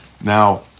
Now